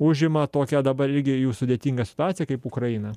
užima tokią dabar irgi jau sudėtingą situaciją kaip ukraina